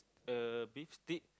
uh beach dip